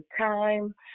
time